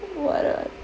what are